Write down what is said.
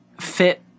fit